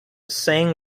sang